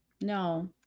No